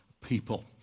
people